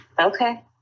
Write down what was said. Okay